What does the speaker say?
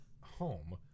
home